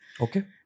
Okay